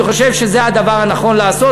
אני חושב שזה הדבר הנכון לעשות,